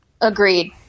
agreed